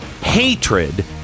hatred